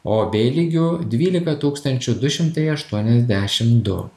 o b lygiu dvylika tūkstančių du šimtai aštuoniasdešim du